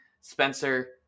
Spencer